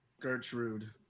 Gertrude